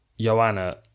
Joanna